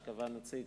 שקבעה נציג